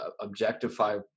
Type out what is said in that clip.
objectify